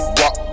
walk